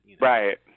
right